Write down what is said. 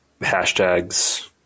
hashtags